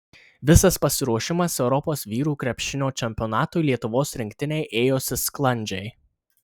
visas pasiruošimas europos vyrų krepšinio čempionatui lietuvos rinktinei ėjosi sklandžiai